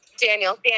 Daniel